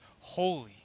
holy